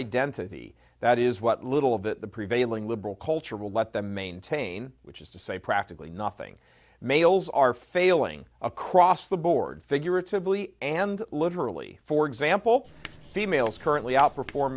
identity that is what little bit the prevailing liberal culture will let them maintain which is to say practically nothing males are failing across the board figuratively and literally for example females currently out